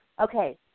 Okay